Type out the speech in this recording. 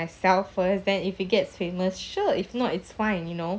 myself first then if it gets famous sure if not it's fine you know